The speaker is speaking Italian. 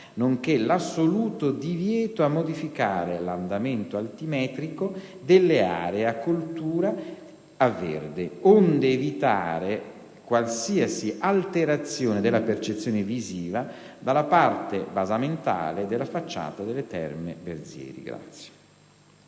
nonché l'assoluto divieto a modificare l'andamento altimetrico delle aree a colture a verde, onde evitare qualsiasi alterazione della percezione visiva dalla parte basamentale della facciata delle Terme Berzieri.